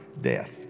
death